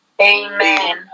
Amen